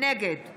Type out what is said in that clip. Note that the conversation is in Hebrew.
נגד